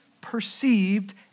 perceived